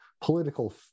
political